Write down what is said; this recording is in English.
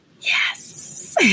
Yes